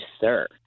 sir